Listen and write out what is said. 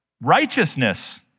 righteousness